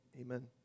amen